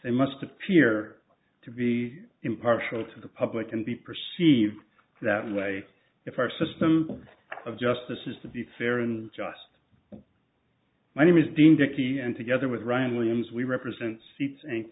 they must appear to be impartial to the public can be perceived that way if our system of justice is to be fair and just my name is dean dickey and together with brian williams we represent seats and